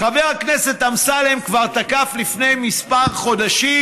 חבר הכנסת אמסלם כבר תקף לפני כמה חודשים